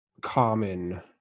common